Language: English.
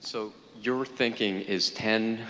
so your thinking is ten